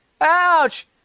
Ouch